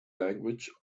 language